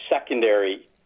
secondary